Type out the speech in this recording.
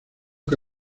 que